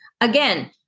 again